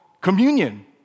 communion